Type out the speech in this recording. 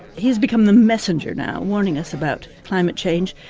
he's become the messenger now warning us about climate change,